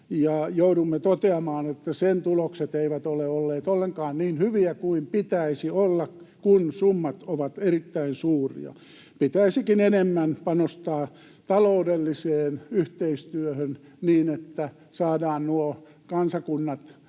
joudumme toteamaan, että sen tulokset eivät ole olleet ollenkaan niin hyviä kuin pitäisi olla, kun summat ovat erittäin suuria. Pitäisikin enemmän panostaa taloudelliseen yhteistyöhön, niin että saadaan nuo kansakunnat